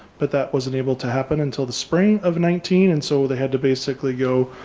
but that wasn't able to happen until the spring of nineteen. and so they had to basically go,